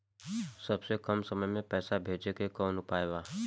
सबसे कम समय मे पैसा भेजे के कौन उपाय बा?